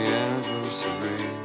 anniversary